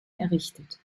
errichtet